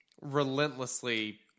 relentlessly